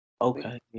Okay